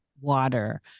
water